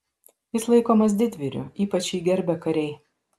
jis laikomas didvyriu ypač jį gerbia kariai